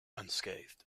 unscathed